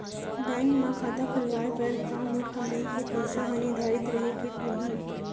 Bank म खाता खुलवाये बर का मोर कमाई के पइसा ह निर्धारित रहे के पड़ही?